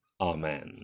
amen